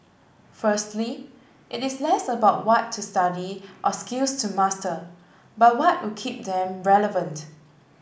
firstly it is less about what to study or skills to master but what would keep them relevant